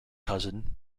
cousin